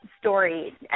story